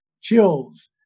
chills